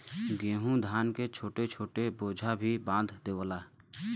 गेंहू धान के छोट छोट बोझा भी बांध देवला